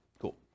Cool